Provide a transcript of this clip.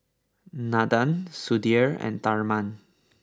Nandan Sudhir and Tharman